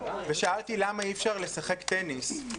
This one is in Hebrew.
ושאלתי למה אי-אפשר לשחק טניס,